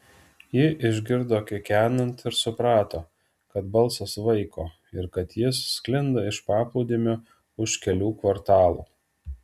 ji išgirdo kikenant ir suprato kad balsas vaiko ir kad jis sklinda iš paplūdimio už kelių kvartalų